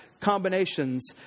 combinations